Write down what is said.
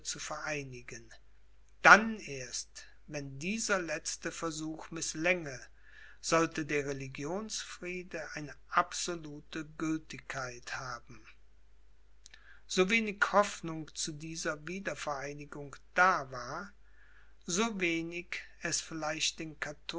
zu vereinigen dann erst wenn dieser letzte versuch mißlänge sollte der religionsfriede eine absolute gültigkeit haben so wenig hoffnung zu dieser wiedervereinigung da war so wenig es vielleicht den